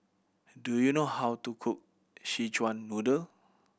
do you know how to cook Szechuan Noodle